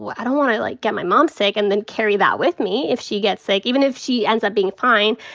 i don't wanna, like, get my mom sick and then carry that with me if she gets sick. even if she ends up being fine,